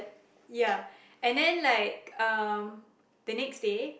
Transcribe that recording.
ya and then like um the next day